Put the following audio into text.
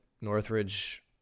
Northridge